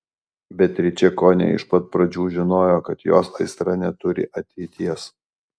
beatričė kone iš pat pradžių žinojo kad jos aistra neturi ateities